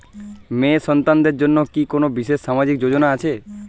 মেয়ে সন্তানদের জন্য কি কোন বিশেষ সামাজিক যোজনা আছে?